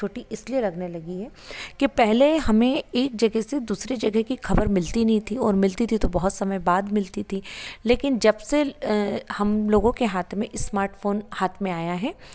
छोटी इसलिए लगाने लगी है कि पहले हमे एक जगह से दूसरे जगह की खबर मिलती नहीं थी और मिलती थी तो बहुत समय बाद मिलती थी लेकिन जब से हम लोगों के हाथ में इस्मार्टफोन हाथ में आया है